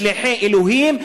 שליחי אלוהים,